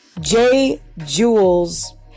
J-Jules